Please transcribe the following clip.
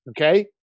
okay